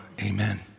Amen